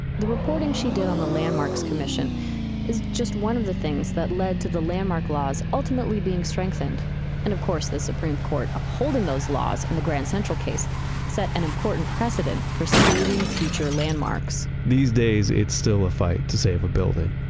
the reporting she did on the landmarks commission is just one of the things that led to the landmark laws ultimately being strengthened and, of course, the supreme court upholding those laws in the grand central case set an important precedent for saving future landmarks these days it's still a fight to save a building,